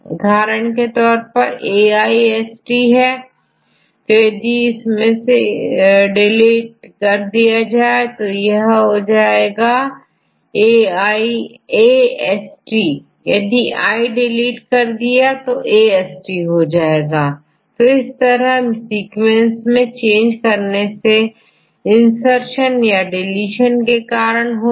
उदाहरण के तौर पर यदिAIST है तो इसमें से यदिI डिलीट कर दिया जाए तो अब सीक्वेंस होगाAST तो इस तरह से सीक्वेंस में चेंज म्यूटेशन insertion या deletion के कारण होगा